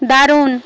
দারুণ